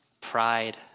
pride